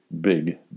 big